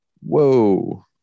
Whoa